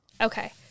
Okay